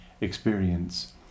experience